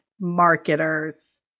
marketers